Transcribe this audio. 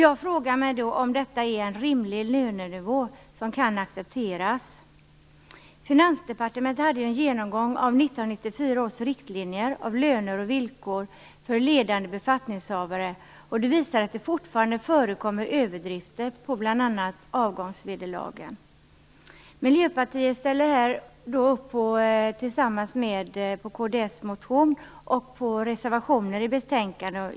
Jag frågar mig om detta är en rimlig lönenivå som kan accepteras. Finansdepartementet hade en genomgång av 1994 års riktlinjer för löner och villkor för ledande befattningshavare. Den visade att det fortfarande förekommer överdrifter på bl.a. avgångsvederlagen. Miljöpartiet ställer sig bakom en av kd:s motioner och reservationer i betänkandet.